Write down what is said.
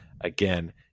Again